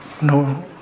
No